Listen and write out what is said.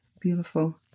Beautiful